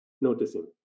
noticing